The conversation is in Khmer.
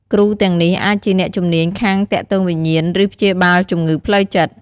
គ្រូទាំងនេះអាចជាអ្នកជំនាញខាងទាក់ទងវិញ្ញាណ ឬព្យាបាលជំងឺផ្លូវចិត្ត។